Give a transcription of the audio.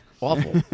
awful